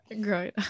great